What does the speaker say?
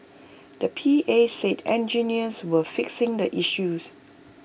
the P A said engineers were fixing the issues